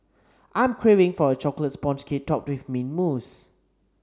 I am craving for a chocolate sponge cake topped with mint mousse